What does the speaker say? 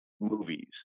movies